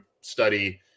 study